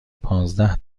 پانزده